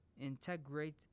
integrate